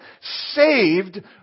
saved